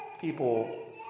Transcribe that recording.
people